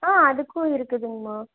ஆ அதுக்கும் இருக்குதுங்கம்மா